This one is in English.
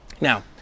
Now